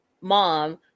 mom